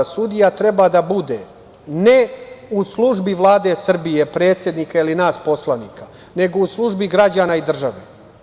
Sudija treba da bude ne u službi Vlade Srbije, predsednika ili nas poslanika, nego u službi građana i države.